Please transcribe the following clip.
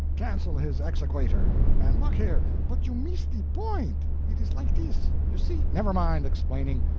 cancel his exequator and look here but you miss the point. it is like this. you see never mind explaining,